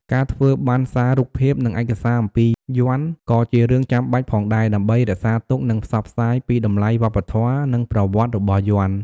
ការធ្វើបណ្ណសាររូបភាព និងឯកសារអំពីយ័ន្ត ក៏ជារឿងចាំបាច់ផងដែរ ដើម្បីរក្សាទុក និងផ្សព្វផ្សាយពីតម្លៃវប្បធម៌ និងប្រវត្តិរបស់យ័ន្ត។